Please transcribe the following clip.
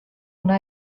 una